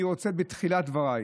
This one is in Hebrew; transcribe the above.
בתחילת דבריי,